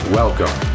welcome